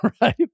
right